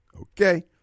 Okay